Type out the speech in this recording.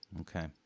Okay